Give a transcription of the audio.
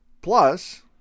Plus